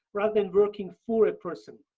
rather than working for a person.